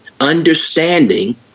understanding